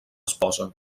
esposa